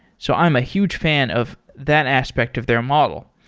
so i'm a huge fan of that aspect of their model.